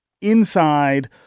inside